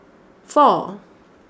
four